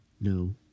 No